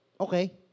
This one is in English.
okay